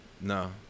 No